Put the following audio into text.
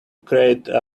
create